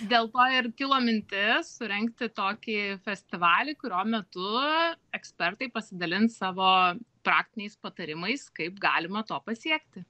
dėl to ir kilo mintis surengti tokį festivalį kurio metu ekspertai pasidalins savo praktiniais patarimais kaip galima to pasiekti